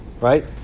Right